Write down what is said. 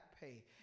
pay